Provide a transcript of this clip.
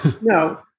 No